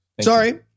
sorry